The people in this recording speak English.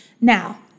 Now